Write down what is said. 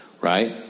Right